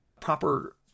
proper